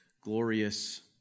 glorious